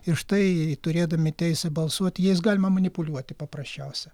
ir štai turėdami teisę balsuoti jais galima manipuliuoti paprasčiausia